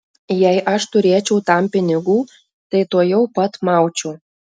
jei aš turėčiau tam pinigų tai tuojau pat maučiau